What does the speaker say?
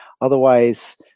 otherwise